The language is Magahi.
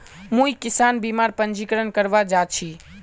मुई किसान बीमार पंजीकरण करवा जा छि